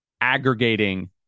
aggregating